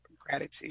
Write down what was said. gratitude